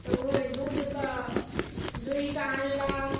तऽ ओहि दूधके दुहि कऽ आनलक